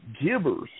givers